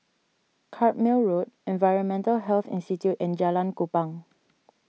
Carpmael Road Environmental Health Institute and Jalan Kupang